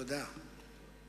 תודה.